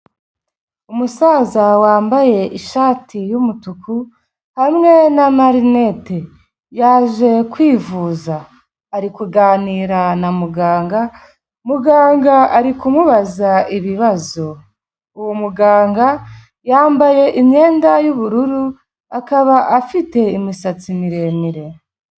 Umusaza wambaye ishati y'umutuku hamwe n'amarinete, yaje kwivuza ari kuganira na muganga, muganga ari kumubaza ibibazo, uwo muganga yambaye imyenda y'ubururu akaba afite imisatsi miremire.